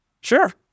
Sure